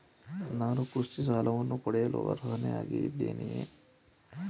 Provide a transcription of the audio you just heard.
ನಾನು ಕೃಷಿ ಸಾಲವನ್ನು ಪಡೆಯಲು ಅರ್ಹನಾಗಿದ್ದೇನೆಯೇ?